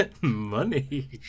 Money